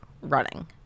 Running